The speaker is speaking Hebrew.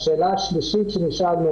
השאלה השלישית שנשאלנו,